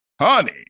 honey